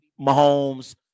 Mahomes